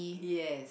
yes